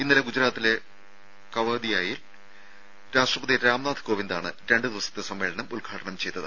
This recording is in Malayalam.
ഇന്നലെ ഗുജറാത്തിലെ കവാഡിയയിൽ രാഷ്ട്രപതി രാംനാഥ് കോവിന്ദാണ് രണ്ട് ദിവസത്തെ സമ്മേളനം ഉദ്ഘാടനം ചെയ്തത്